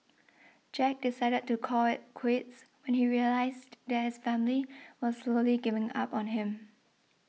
Jack decided to call it quits when he realised that his family was slowly giving up on him